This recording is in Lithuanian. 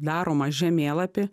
daromą žemėlapį